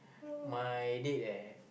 my date eh